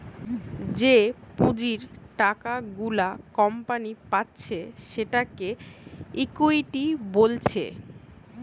যে পুঁজির টাকা গুলা কোম্পানি পাচ্ছে সেটাকে ইকুইটি বলছে